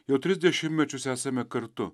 jau tris dešimtmečius esame kartu